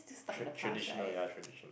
trad~ traditional ya traditional